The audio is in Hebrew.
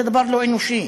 זה דבר לא אנושי.